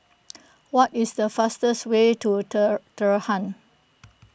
what is the fastest way to Tehran